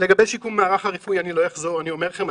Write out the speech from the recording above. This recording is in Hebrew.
לגבי המערך הרפואי שיקום,